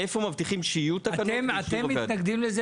איפה מבטיחים שיהיו תקנות --- אתם מתנגדים לזה